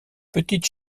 petite